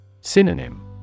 Synonym